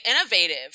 innovative